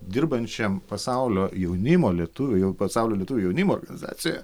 dirbančiam pasaulio jaunimo lietuvių jau pasaulio lietuvių jaunimo organizacijoje